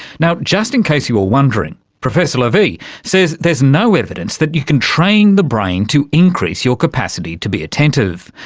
now, just in case you were wondering, professor lavie says there's no evidence that you can train the brain to increase your capacity to be attentive,